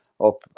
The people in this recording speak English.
up